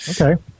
Okay